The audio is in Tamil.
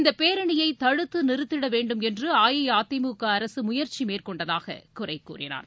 இந்தப் பேரணியை தடுத்து நிறுத்திட வேண்டும் என்று அஇஅதிமுக அரசு முயற்சி மேற்கொண்டதாக குறை கூறினார்